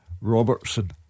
Robertson